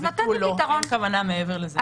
אין כוונה מעבר לה.